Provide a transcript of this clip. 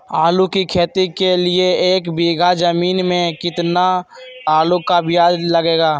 आलू की खेती के लिए एक बीघा जमीन में कितना आलू का बीज लगेगा?